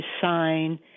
sign